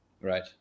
right